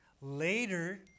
later